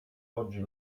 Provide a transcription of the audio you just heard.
oggi